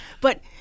But-